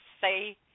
say